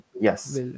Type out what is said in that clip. yes